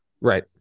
right